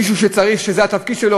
מישהו שזה התפקיד שלו.